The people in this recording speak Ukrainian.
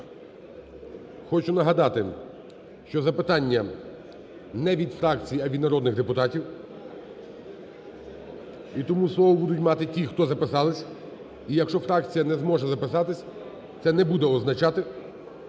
до уряду. Хочу нагадати, що запитання не від фракцій, а від народних депутатів, і тому слово будуть мати ті, хто записались. І якщо фракція не зможе записатись, це не буде означати,